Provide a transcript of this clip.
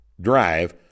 drive